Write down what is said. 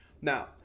Now